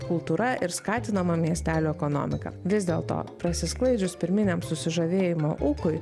kultūra ir skatinama miestelių ekonomika vis dėlto prasisklaidžius pirminiam susižavėjimo ūkui